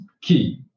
key